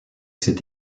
cette